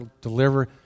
deliver